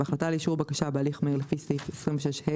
בהחלטה לאישור בקשה בהליך מהיר לפי סעיף 26ה